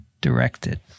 directed